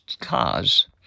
cars